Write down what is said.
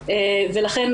ולכן,